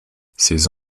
ces